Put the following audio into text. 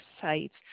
sites